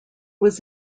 was